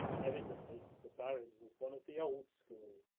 evidently the barin was one of the old school.